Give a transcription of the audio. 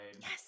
Yes